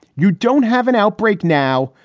you don't have an outbreak now,